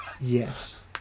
Yes